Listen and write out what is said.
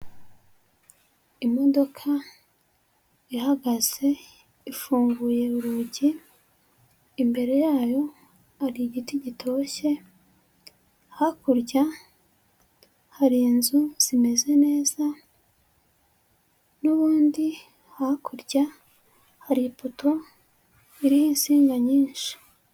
Imodoka ihagaze, ifunguye urugi, imbere yayo hari igiti gitoshye, hakurya hari inzu zimeze neza n'ubundi hakurya hari poto iriho insinga nyinshi.